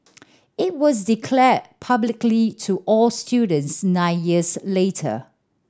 it was declared publicly to all students nine years later